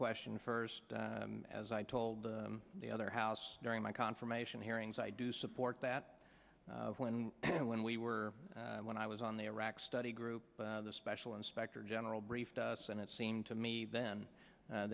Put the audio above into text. question first as i told the other house during my confirmation hearings i do support that when and when we were when i was on the iraq study group the special inspector general briefed us and it seemed to me then